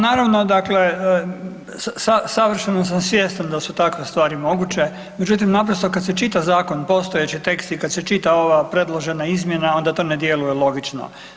Naravno dakle savršeno sam svjestan da su takve stvari moguće, međutim naprosto kada se čita zakon postojeći tekst i kad se čita ova predložena izmjena onda to ne djeluje logično.